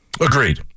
Agreed